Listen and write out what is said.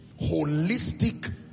holistic